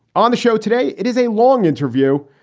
on the show today, it is a long interview.